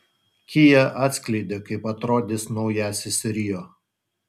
kia atskleidė kaip atrodys naujasis rio